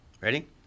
Ready